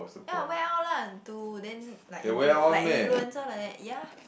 ya I wear out lah to then like influence like influencer like that ya